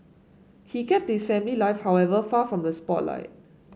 he kept this family life however far from the spotlight